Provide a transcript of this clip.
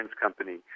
company